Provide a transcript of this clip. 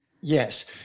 Yes